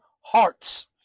hearts